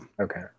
okay